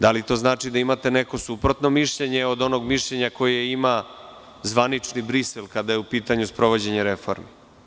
Da li to znači da imate neko suprotno mišljenje od onog mišljenja koje ima zvanični Brisel kada je u pitanju sprovođenje reformi?